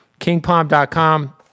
kingpalm.com